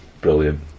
Brilliant